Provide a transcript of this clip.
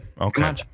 Okay